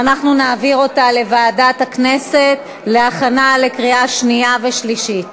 ואנחנו נעביר אותה לוועדת הכנסת להכנה לקריאה שנייה ושלישית.